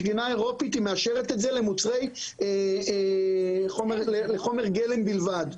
התקינה האירופית מאשרת את זה לחומר גלם בלבד.